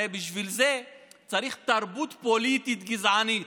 הרי בשביל זה צריך תרבות פוליטית גזענית.